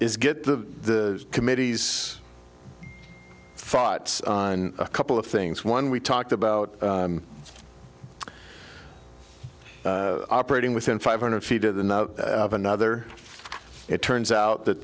is get the committee's thoughts on a couple of things one we talked about operating within five hundred feet of the of another it turns out that